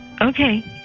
okay